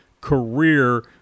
career